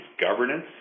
governance